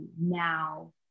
now